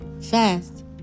Fast